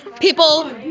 people